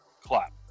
clap